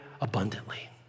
abundantly